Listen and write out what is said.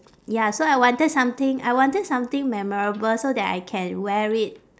ya so I wanted something I wanted something memorable so that I can wear it